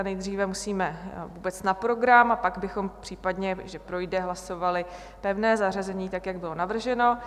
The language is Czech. Nejdříve musíme vůbec na program, a pak bychom případně, když projde, hlasovali pevné zařazení tak, jak bylo navrženo.